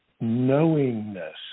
knowingness